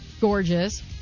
gorgeous